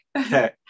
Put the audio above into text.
Okay